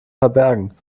verbergen